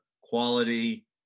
quality